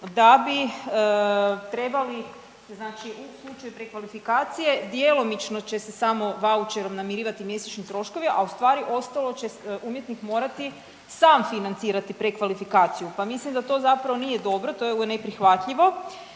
da bi trebali znači u slučaju prekvalifikacije djelomično će se samo vaučerom namirivati mjesečni troškovi, a u stvari ostalo će umjetnik morati sam financirati prekvalifikaciju, pa mislim da to zapravo nije dobro to je neprihvatljivo